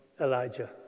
Elijah